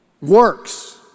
works